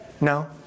No